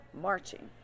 marching